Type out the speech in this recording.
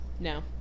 no